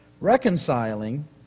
reconciling